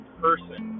person